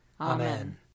Amen